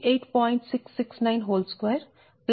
669 0